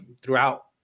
throughout